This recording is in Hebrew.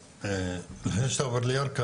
לפני שתעבור לירכא,